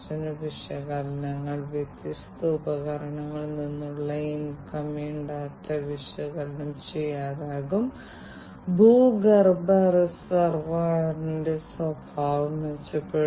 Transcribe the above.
അതിനാൽ വ്യത്യസ്ത ഭാഷകൾ സംസാരിക്കുന്ന ഈ വ്യത്യസ്ത ഉപകരണങ്ങൾ അവർക്ക് പരസ്പരം അർത്ഥവത്തായി സംസാരിക്കാൻ കഴിയണം അവർ എന്താണ് സംസാരിക്കുന്നതെന്ന് മനസിലാക്കാൻ അവർക്ക് കഴിയണം